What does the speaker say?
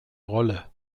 rolle